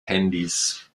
handys